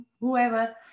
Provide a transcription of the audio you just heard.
whoever